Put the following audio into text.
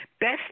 best